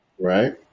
Right